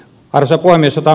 arvoisa puhemies